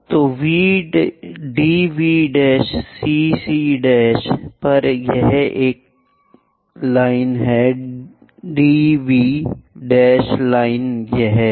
तो DV' CC' पर यह लाइन है DV लाइन यह है